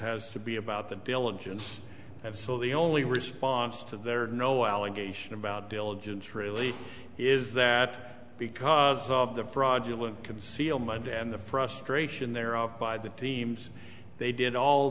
has to be about the diligence and so the only response to there are no allegation about diligence really is that because of the fraudulent concealment and the frustration there are by the teams they did all